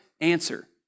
answer